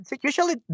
Usually